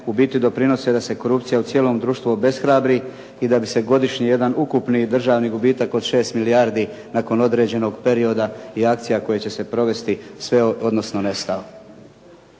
u biti doprinose da se korupcija u cijelom društvu obeshrabri i da bi se godišnje jedna ukupni državni gubitak od 6 milijardi nakon određenog perioda i akcija koje će se provesti sve odnosno nestao.